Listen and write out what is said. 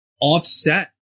offset